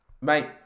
Mate